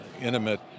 intimate